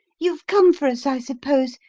you've come for us, i suppose?